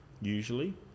usually